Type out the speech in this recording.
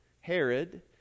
Herod